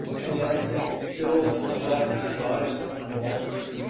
and yet i think it's killed the last two antibiotics that went to licensure.